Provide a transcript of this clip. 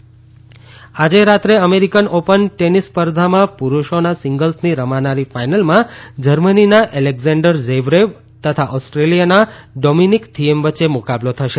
US open આજે રાત્રે American open tennis સ્પર્ધામાં પુરૂષોના સિંગલ્સની રમાનારી ફાઈનલમાં જર્મનીના એલેકઝાંડર ઝેવરેવ તથા ઓસ્ટ્રેલિયાના ડોમીનીક થીયેમ વચ્ચે મુકાબલો થશે